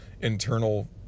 internal